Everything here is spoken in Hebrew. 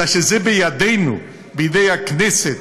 אלא שזה בידינו, בידי הכנסת,